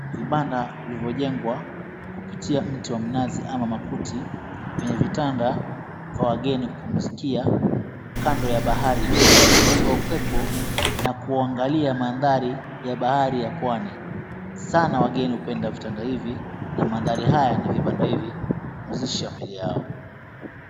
Vibanda vilivyojengwa kupitia mti wa mnazi ama makuti vyenye vitanda vya wageni kupumzikia kando ya bahari kupunga upepo na kuangalia maandhari ya bahari ya pwani. Sana wageni hupenda vitanda hivi na maandhari haya na vibanda hivi kupumzisha mili yao.